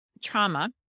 trauma